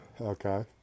Okay